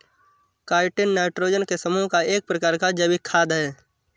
chitin nitrogen के समूह का एक प्रकार का जैविक खाद है